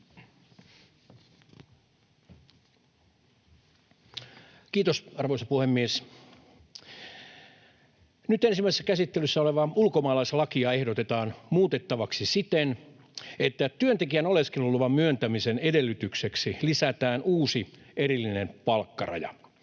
Kiitos, arvoisa puhemies! Nyt ensimmäisessä käsittelyssä olevaa ulkomaalaislakia ehdotetaan muutettavaksi siten, että työntekijän oleskeluluvan myöntämisen edellytykseksi lisätään uusi erillinen palkkaraja,